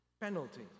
Penalty